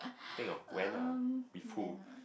think of when uh with who